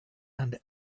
and